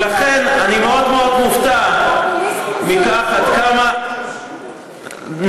ולכן אני מאוד מאוד מופתע עד כמה נציגי